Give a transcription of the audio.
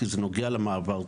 כי זה נוגע למעבר צה"ל.